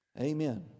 Amen